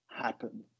happen